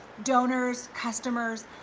donors, customers,